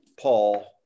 Paul